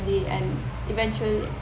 and eventually